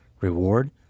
reward